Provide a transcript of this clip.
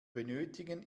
benötigen